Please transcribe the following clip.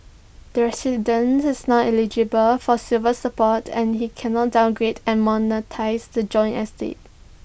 the resident is not eligible for silver support and he cannot downgrade and monetise the joint estate